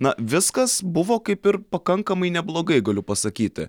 na viskas buvo kaip ir pakankamai neblogai galiu pasakyti